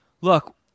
look